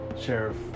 sheriff